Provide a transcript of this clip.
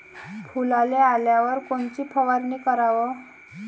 फुलाले आल्यावर कोनची फवारनी कराव?